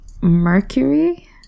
Mercury